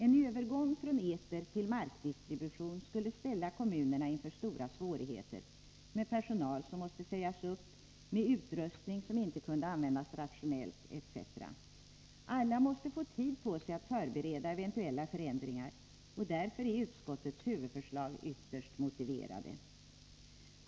En övergång från etertill markdistribution skulle ställa kommunerna inför stora svårigheter med personal som måste sägas upp, med utrustning som inte kan användas rationellt, etc. Alla måste få tid på sig att förbereda eventuella förändringar, och därför är utskottets huvudförslag ytterst välmotiverade.